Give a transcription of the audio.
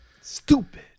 Stupid